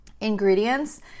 ingredients